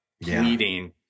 leading